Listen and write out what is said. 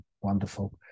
wonderful